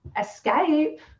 escape